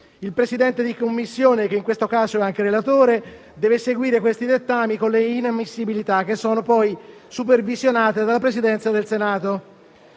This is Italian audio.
Il Presidente di Commissione, che in questo caso è anche relatore, deve seguire questi dettami con le inammissibilità che sono poi supervisionate dalla Presidenza del Senato.